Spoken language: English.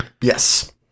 Yes